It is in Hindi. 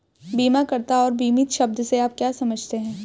बीमाकर्ता और बीमित शब्द से आप क्या समझते हैं?